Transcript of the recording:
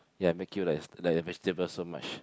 ya make you like like a vegetable so much